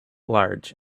large